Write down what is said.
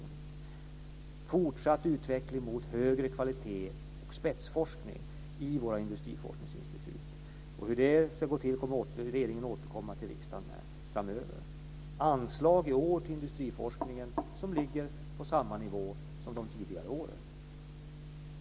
Det ska ske en fortsatt utveckling mot högre kvalitet och spetsforskning i våra industriforskningsinstitut. Hur det ska gå till kommer regeringen att återkomma till riksdagen med framöver. Anslagen till industriforskningen i år ligger på samma nivå som tidigare år.